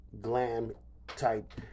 glam-type